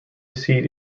seat